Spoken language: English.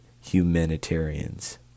humanitarians